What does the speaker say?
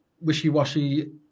wishy-washy